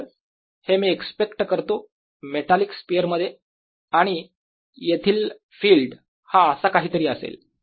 तर हे मी एक्स्पेक्ट करतो मेटालिक स्पियर मध्ये आणि येथील फिल्ड हा असा काही तरी असेल